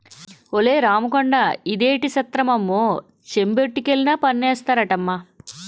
ఒలే రాముకొండా ఇదేటి సిత్రమమ్మో చెంబొట్టుకెళ్లినా పన్నేస్తారటమ్మా